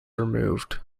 removed